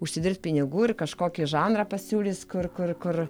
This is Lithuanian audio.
užsidirbt pinigų ir kažkokį žanrą pasiūlys kur kur kur